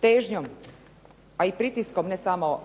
težnjom a i pritiskom ne samo